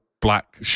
black